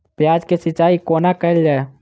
प्याज केँ सिचाई कोना कैल जाए?